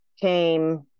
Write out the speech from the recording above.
came